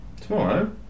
Tomorrow